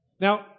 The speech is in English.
Now